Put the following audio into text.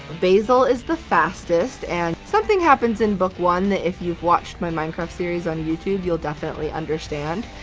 basil is the fastest, and something happens in book one that if you've watched my minecraft series on youtube, you'll definitely understand.